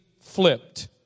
flipped